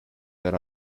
that